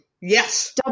Yes